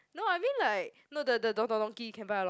no I mean like no the Don-Don-Donki can buy a lot